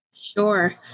Sure